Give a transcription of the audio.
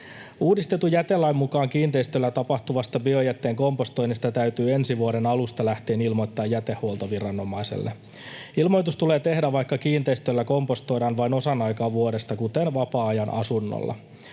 Uudistetun jätelain mukaan kiinteistöllä tapahtuvasta biojätteen kompostoinnista täytyy ensi vuoden alusta lähtien ilmoittaa jätehuoltoviranomaiselle. Ilmoitus tulee tehdä, vaikka kiinteistöllä kompostoidaan vain osan aikaa vuodesta, kuten vapaa-ajan asunnolla.